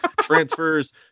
Transfers